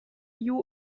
you